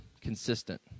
consistent